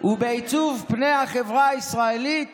ובעיצוב פני החברה הישראלית